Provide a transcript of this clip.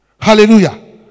Hallelujah